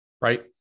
right